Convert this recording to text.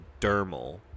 dermal